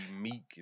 meek